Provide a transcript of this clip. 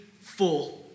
full